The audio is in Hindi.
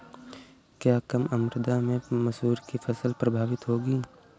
क्या कम आर्द्रता से मसूर की फसल प्रभावित होगी?